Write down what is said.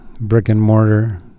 brick-and-mortar